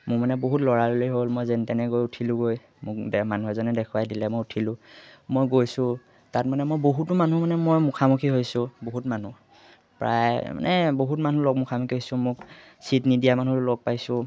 মোৰ মানে বহুত ল'ৰালৰি হ'ল মই যেনতেনে গৈ উঠিলোঁগৈ মোক মানুহ এজনে দেখুৱাই দিলে মই উঠিলোঁ মই গৈছোঁ তাত মানে মই বহুতো মানুহ মানে মই মুখামুখি হৈছোঁ বহুত মানুহ প্ৰায় মানে বহুত মানুহ লগ মুখামুখি হৈছোঁ মোক চিট নিদিয়া মানুহ লগ পাইছোঁ